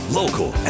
local